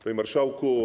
Panie Marszałku!